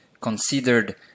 considered